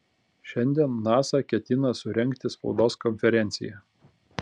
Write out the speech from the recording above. šiandien nasa ketina surengti spaudos konferenciją